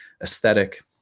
aesthetic